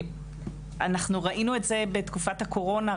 ראינו את זה בתקופת הקורונה.